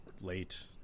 late